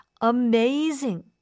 amazing